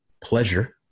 pleasure